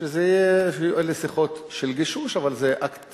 שיהיו אלה שיחות של גישוש, אבל זה אקט